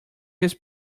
his